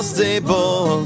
Stable